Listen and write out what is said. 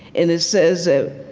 and it says ah